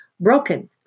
broken